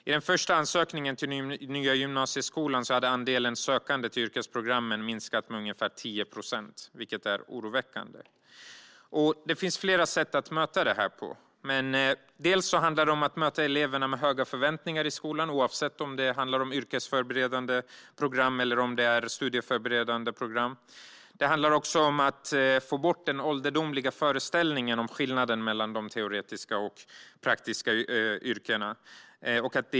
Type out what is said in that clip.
I den första ansökningen till den nya gymnasieskolan hade andelen sökande till yrkesprogrammen minskat med ungefär 10 procent, vilket är oroväckande. Det finns flera sätt att möta detta på. Dels handlar det om att möta eleverna med höga förväntningar i skolan, oavsett om det handlar om yrkesförberedande eller studieförberedande program, dels handlar det om att få bort den ålderdomliga föreställningen om skillnaden mellan de teoretiska och de praktiska yrkena.